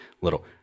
little